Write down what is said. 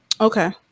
Okay